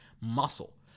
muscle